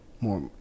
more